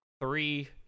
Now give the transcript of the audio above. three